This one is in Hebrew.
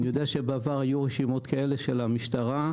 אני יודע שבעבר היו רשימות כאלה של המשטרה.